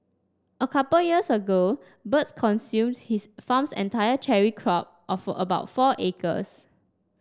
a couple years ago birds consumed his farm's entire cherry crop of about four acres